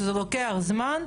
או שזה לוקח זמן,